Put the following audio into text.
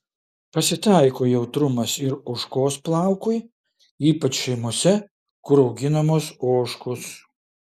pasitaiko jautrumas ir ožkos plaukui ypač šeimose kur auginamos ožkos